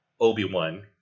Obi-Wan